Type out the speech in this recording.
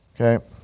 Okay